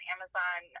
Amazon